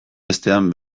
bestean